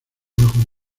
trabajo